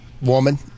woman